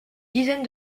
dizaine